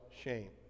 shame